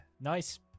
Nice